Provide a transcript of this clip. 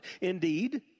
Indeed